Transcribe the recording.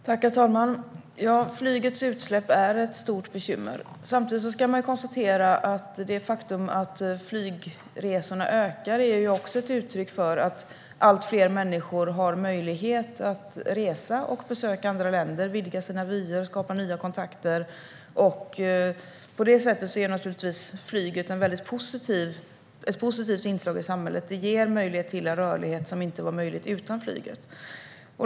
Herr talman! Flygets utsläpp är ett stort bekymmer. Samtidigt ska man konstatera att det faktum att flygresorna ökar är ett uttryck för att allt fler människor har möjlighet att resa och besöka andra länder, vidga sina vyer och skapa nya kontakter. På det sättet är naturligtvis flyget ett väldigt positivt inslag i samhället. Det ger möjlighet till en rörlighet som inte var möjlig utan flyget.